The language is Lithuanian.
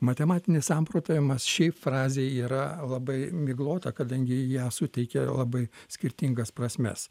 matematinis samprotavimas šiaip frazė yra labai miglota kadangi ją suteikia labai skirtingas prasmes